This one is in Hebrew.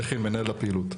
יכין מנהל הפעילות.